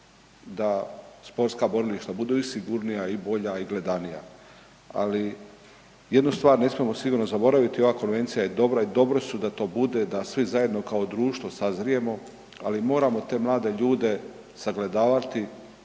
da sportska borilišta budu i sigurnija i bolja i gledanija. Ali jednu stvar ne smijemo sigurno zaboraviti, ova konvencija je dobra i dobro su da to bude, da svi zajedno kao društvo sazrijemo, ali moramo te mlade ljude sagledavati,